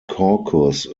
caucus